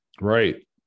Right